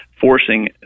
forcing